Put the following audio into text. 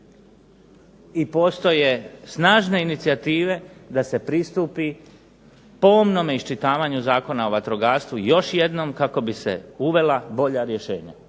i postoje snažne inicijative da se pristupni pomnom iščitavanju Zakona o vatrogastvu i još jednom kako bi se uvela bolja rješenja